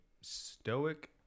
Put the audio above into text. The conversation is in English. stoic